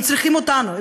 הם צריכים אותנו,